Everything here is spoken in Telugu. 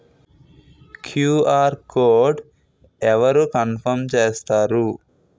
క్యు.ఆర్ కోడ్ అవరు కన్ఫర్మ్ చేస్తారు?